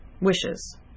wishes